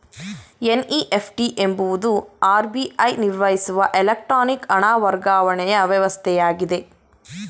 NEFT ಎಂಬುದು RBI ನಿರ್ವಹಿಸುವ electronic ಹಣ ವರ್ಗಾವಣೆಯ ವ್ಯವಸ್ಥೆಯಾಗಿದೆ